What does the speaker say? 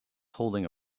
holding